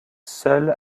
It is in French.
seule